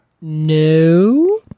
no